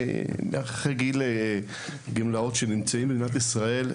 אחרי גיל גמלאות שנמצאים במדינת ישראל,